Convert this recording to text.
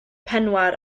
penwar